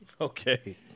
Okay